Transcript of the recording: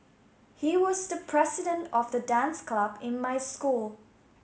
he was the president of the dance club in my school